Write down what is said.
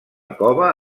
cova